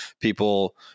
people